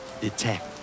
Detect